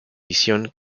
visión